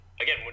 again